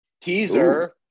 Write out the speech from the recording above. Teaser